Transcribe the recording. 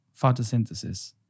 photosynthesis